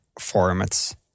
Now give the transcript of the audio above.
formats